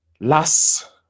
Last